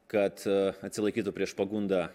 kad atsilaikytų prieš pagundą